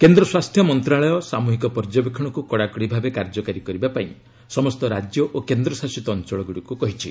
କେନ୍ଦ୍ର ସ୍ୱାସ୍ଥ୍ୟ ମନ୍ତ୍ରଣାଳୟ ସାମୁହିକ ପର୍ଯ୍ୟବେକ୍ଷଣକ୍ତ କଡ଼ାକଡ଼ି ଭାବେ କାର୍ଯ୍ୟକାରୀ କରିବା ପାଇଁ ସମସ୍ତ ରାଜ୍ୟ ଓ କେନ୍ଦ୍ର ଶାସିତ ଅଞ୍ଚଳଗୁଡ଼ିକୁ କହିଛି